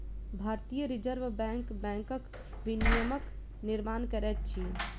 भारतीय reserve bank बैंकक विनियमक निर्माण करैत अछि